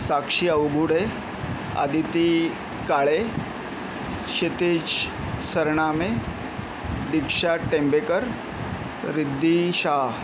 Sakshi Avaghude Aditi Kale Kshitij Sarname Diksha Tembekar Riddhi Shah